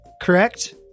Correct